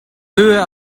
höhe